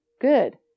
Good